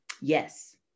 yes